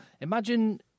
imagine